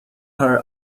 her